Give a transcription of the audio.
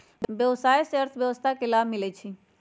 व्यवसाय से अर्थव्यवस्था के लाभ मिलइ छइ